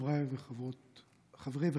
חברי וחברות הכנסת,